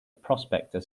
prospector